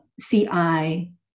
CI